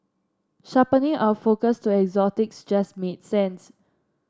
sharpening our focus to exotics just made sense